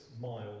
miles